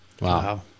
Wow